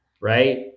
right